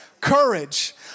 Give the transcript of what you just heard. Courage